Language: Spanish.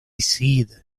sid